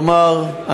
כלומר,